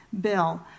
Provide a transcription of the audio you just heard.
bill